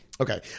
Okay